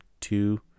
two